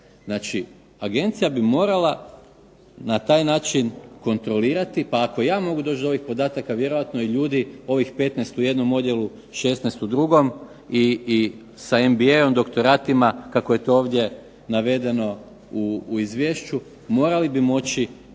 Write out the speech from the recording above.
Znači agencija bi morala na taj način kontrolirati, pa ako ja mogu doći do ovih podataka vjerojatno ljudi ovih 15 u jednom odjelu, 16 u drugom i MBA-om, doktoratima kako je to ovdje navedeno u izvješću, morali bi